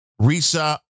Risa